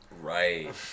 Right